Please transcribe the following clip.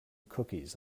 cookies